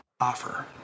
offer